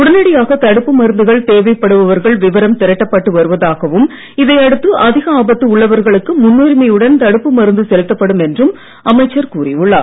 உடனடியாக தடுப்பு மருந்துகள் தேவைப்படுபவர்கள் விவரம் திறட்டப்பட்டு வருவதாகவும் இதையடுத்து அதிக ஆபத்து உள்ளவர்களுக்கு முன்னுரிமையுடன் தடுப்பு மருந்து செலுத்தப்படும் என்றும் அமைச்சர் கூறியுள்ளார்